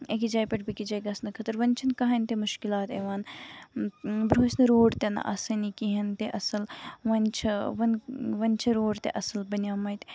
جایہِ پٮ۪ٹھ بیٚیہِ کِس جایہِ گژھنہٕ خٲطرٕ وۄنۍ چھُ نہٕ کَہٕینۍ تہِ مُشکِلات یِوان برونہہ ٲسۍ نہٕ روڑ تہِ نہٕ آسٲنی کہینۍ تہِ اَصٕل وۄنۍ چھِ وۄنۍ چھِ روڑ تہِ اَصٕل بَنے مٕتۍ ییٚتہِ